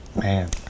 Man